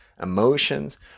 emotions